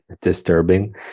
disturbing